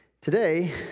today